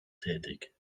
tätig